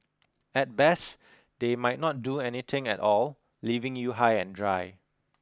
at best they might not do anything at all leaving you high and dry